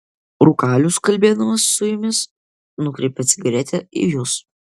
rūkalius kalbėdamas su jumis nukreipia cigaretę į jus